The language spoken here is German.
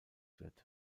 wird